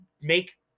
make